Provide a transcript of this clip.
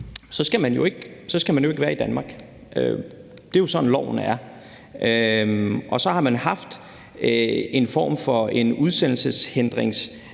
skal man ikke være i Danmark. Det er jo sådan, loven er. Så har man haft en form for en udsendelseshindringsopholdstilladelse,